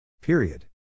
Period